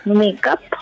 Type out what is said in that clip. makeup